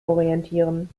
orientieren